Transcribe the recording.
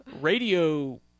Radio